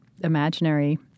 imaginary